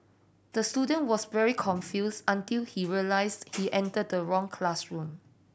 the student was very confused until he realised he entered the wrong classroom